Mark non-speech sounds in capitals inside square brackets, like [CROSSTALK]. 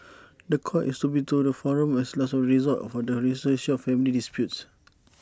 [NOISE] The Court is to be the forum of last resort for the resolution of family disputes